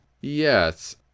Yes